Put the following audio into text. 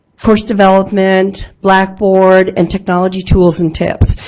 course development, blackboard, and technology tools and tips.